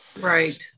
Right